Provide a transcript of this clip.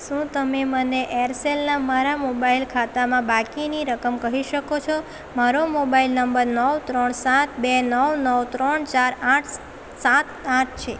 શું તમે મને એરસેલ ના મારા મોબાઇલ ખાતામાં બાકીની રકમ કહી શકો છો મારો મોબાઇલ નંબર નવ ત્રણ સાત બે નવ નવ ત્રણ ચાર આઠ સાત આઠ છે